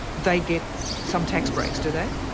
they get some tax breaks, do they?